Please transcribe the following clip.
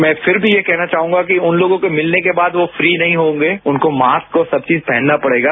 मैं फिर भी यह कहना चाहूंगा कि उन लोगों को मिलने के बाद वो फ्री नहीं होंगे उनको मास्क और सब चीज पहनना पड़ेगा